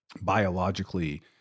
biologically